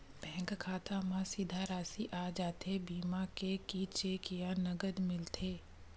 Bank खाता मा सीधा राशि आ जाथे बीमा के कि चेक या नकदी मिलथे?